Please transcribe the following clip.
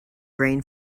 grain